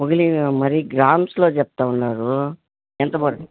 మొగలి మరి గ్రామ్స్లో చెప్తా ఉన్నారు ఎంత పడ